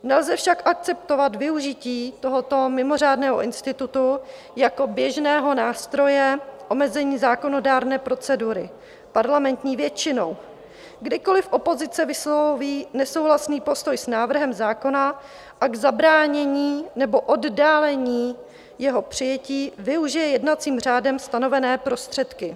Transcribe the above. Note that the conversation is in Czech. Nelze však akceptovat využití tohoto mimořádného institutu jako běžného nástroje omezení zákonodárné procedury parlamentní většinou, kdykoli opozice vysloví nesouhlasný postoj s návrhem zákona a k zabránění nebo oddálení jeho přijetí využije jednacím řádem stanovené prostředky.